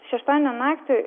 šeštadienio naktį